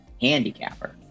handicapper